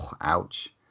Ouch